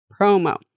promo